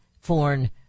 foreign